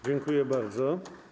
Dziękuję bardzo.